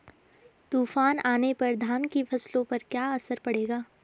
तूफान आने पर धान की फसलों पर क्या असर पड़ेगा?